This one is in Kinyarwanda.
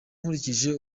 nkurikije